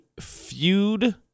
feud